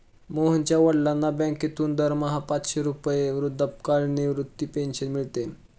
मोहनच्या वडिलांना बँकेतून दरमहा पाचशे रुपये वृद्धापकाळ निवृत्ती पेन्शन मिळते